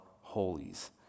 holies